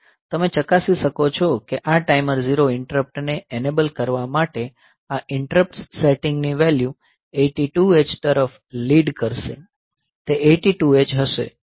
તમે ચકાસી શકો છો કે આ ટાઈમર 0 ઈન્ટરપ્ટને એનેબલ કરવા માટે આ ઈન્ટરપ્ટ્સ સેટિંગની વેલ્યુ 82 H તરફ લીડ કરશે તે 82 H હશે